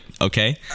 okay